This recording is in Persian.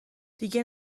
دیگه